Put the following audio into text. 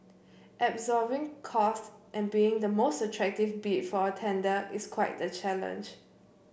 absorbing costs and being the most attractive bid for a tender is quite the challenge